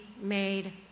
made